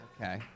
Okay